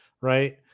Right